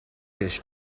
his